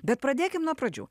bet pradėkim nuo pradžių